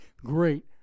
great